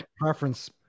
Preference